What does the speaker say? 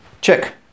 Check